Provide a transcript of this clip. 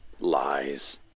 Lies